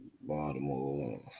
Baltimore